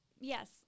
Yes